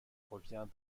revient